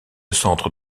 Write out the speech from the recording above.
centre